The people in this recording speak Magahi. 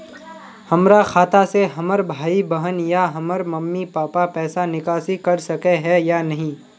हमरा खाता से हमर भाई बहन या हमर मम्मी पापा पैसा निकासी कर सके है या नहीं?